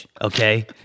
okay